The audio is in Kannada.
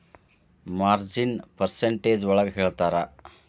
ಮಾರ್ಜಿನ್ನ ಪರ್ಸಂಟೇಜ್ ಒಳಗ ಹೇಳ್ತರ